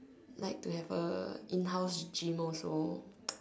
like to have a in house gym also